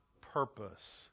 purpose